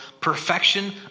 Perfection